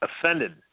offended